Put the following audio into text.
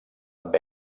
amb